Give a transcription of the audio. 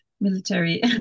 military